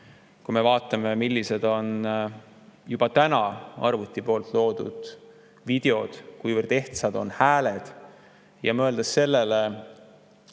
Kui me vaatame, millised on juba arvuti poolt loodud videod, kuivõrd ehtsad on hääled, ja mõtleme sellele,